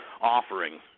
offering